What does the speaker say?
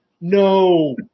No